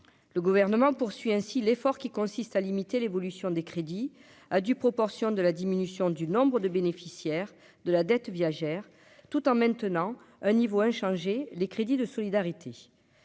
le gouvernement poursuit ainsi l'effort qui consiste à limiter l'évolution des crédits à due proportion de la diminution du nombre de bénéficiaires de la dette viagère tout en maintenant un niveau inchangé, les crédits de solidarité,